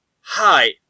Hi